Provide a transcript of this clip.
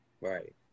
Right